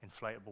inflatable